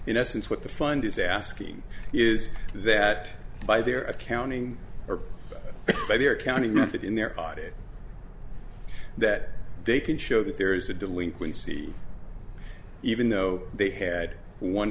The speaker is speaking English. in essence what the fund is asking is that by their accounting or by their accounting of that in their audit that they can show that there is a delinquency even though they had one